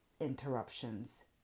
interruptions